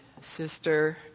sister